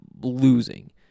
losing